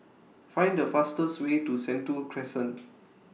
Find The fastest Way to Sentul Crescent